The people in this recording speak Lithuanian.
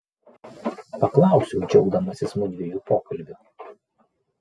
paklausiau džiaugdamasis mudviejų pokalbiu